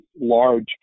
large